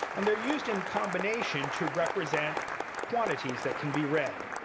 and they're used in combination to represent quantities that can be read.